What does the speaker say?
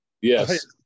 Yes